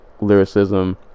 lyricism